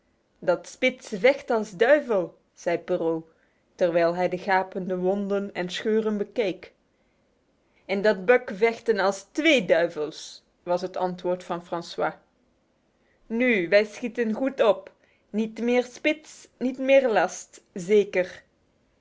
dat spitz vechten als duivel zei perrault terwijl hij de gapende wonden en scheuren bekeek en dat buck vechten als twee duivels was het antwoord van francois nu wij schieten goed op niet meer spitz niet meer last zeker